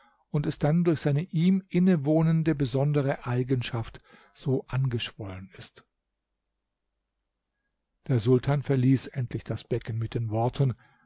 und es dann durch seine ihm innewohnende besondere eigenschaft so angeschwollen ist der sultan verließ endlich das becken mit den worten